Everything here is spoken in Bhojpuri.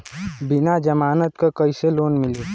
बिना जमानत क कइसे लोन मिली?